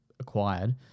Acquired